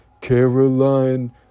Caroline